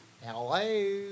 Hello